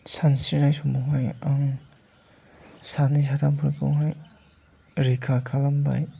सानस्रिनाय समावहाय आं सानै साथामफोरखौहाय रैखा खालामबाय